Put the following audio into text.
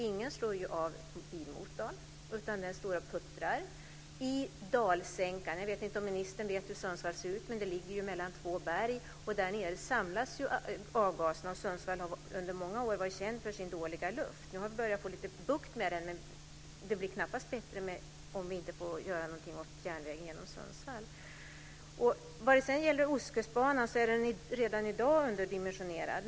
Ingen slår av bilmotorn, utan den står och puttrar. Jag vet inte om ministern vet hur det ser ut i Sundsvall, men Sundsvall ligger ju mellan två berg, och i dalsänkan samlas avgaserna. Sundsvall har under många år varit känt för sin dåliga luft. Nu har vi börjat få lite bukt med den, men det blir knappast bättre om vi inte får göra någonting åt järnvägen genom Sundsvall. Ostkustbanan är redan i dag underdimensionerad.